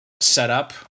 setup